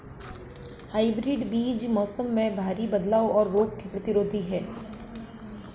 hybrid बीज मौसम में भारी बदलाव और रोग प्रतिरोधी हैं